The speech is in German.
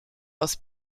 aus